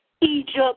Egypt